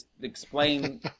explain